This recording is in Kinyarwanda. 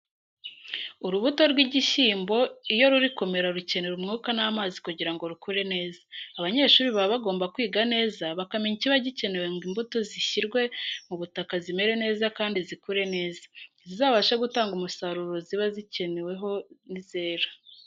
Urubuto rw'igishyimbo iyo ruri kumera rukenera umwuka n'amazi kugira ngo rukure neza, abanyeshuri baba bagomba kwiga neza bakamenya ikiba gikenewe ngo imbuto zishyirwe mu butaka zimere neza kandi zikure neza, zizabashe gutanga umusaruro ziba zikeneweho nizera.